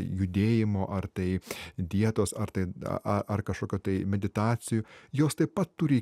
judėjimo ar tai dietos ar tai a ar kažkokio tai meditacijų jos taip pat turi